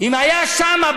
עיר האבות של העם היהודי,